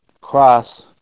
cross